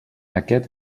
aquest